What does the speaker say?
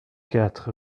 quatre